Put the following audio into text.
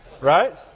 right